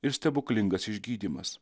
ir stebuklingas išgydymas